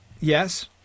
Yes